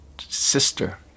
sister